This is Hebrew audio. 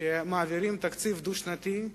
שמעבירים תקציב דו-שנתי,